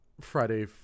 Friday